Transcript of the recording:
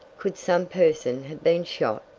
could some person have been shot?